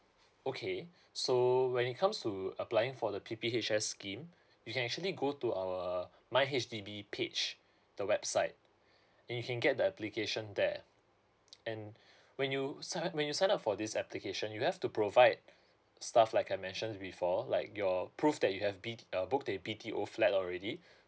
okay so when it comes to applying for the P_P_H_S scheme you can actually go to our my H_D_B page the website and you can get the application there and when you sign up when you sign up for this application you have to provide stuff like I mentioned before like your proof that you have B uh book that you've B_T_O flat already